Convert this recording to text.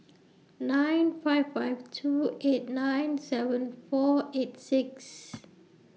nine five five two eight nine seven four eight six